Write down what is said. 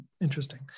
interesting